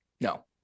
no